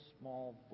small